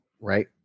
right